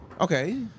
Okay